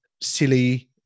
silly